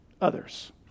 others